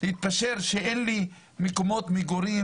להתפשר שאין לי מקומות מגורים?